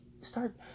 start